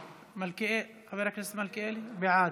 בעד, חבר הכנסת מלכיאלי, בעד.